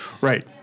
Right